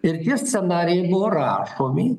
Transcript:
ir tie scenarijai buvo rašomi